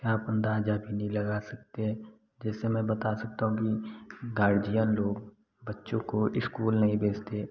कि आप अंदाज़ा भी नहीं लगा सकते जैसे मैं बता सकता हूँ कि गार्जियन लोग बच्चों को इस्कूल नहीं भेजते